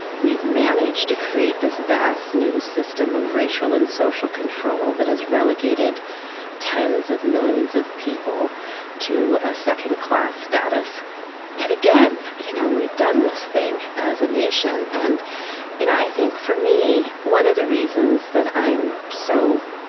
we've managed to create this vast, new system of racial and social control that has relegated tens of millions of people to a second-class status yet again. you know we've done this thing as a nation. and you know i think, for me, one of the reasons that i so